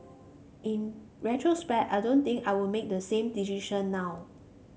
in retrospect I don't think I would make the same decision now